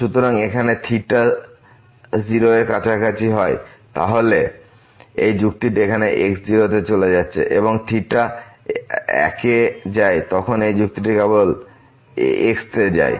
সুতরাং এখানে যদি 0 এর কাছাকাছি হয় তাহলে এই যুক্তিটি এখানে x0 তে চলে যাচ্ছে যখন থিটা একে যায় তখন এই যুক্তিটি কেবল x তেযায়